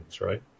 right